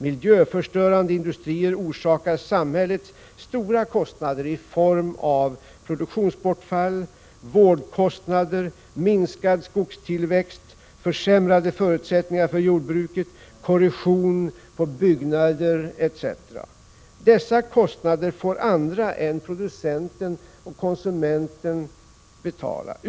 Miljöförstörande industrier orsakar samhället stora kostnader i form av produktionsbortfall, vårdkostnader, minskad skogstillväxt, försämrade förutsättningar för jordbruket, korrosion på byggnader m.m. Dessa kostnader får andra än producenten och konsumenten betala.